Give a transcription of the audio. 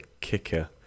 kicker